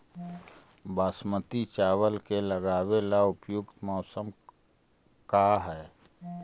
बासमती चावल के लगावे ला उपयुक्त मौसम का है?